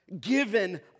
Given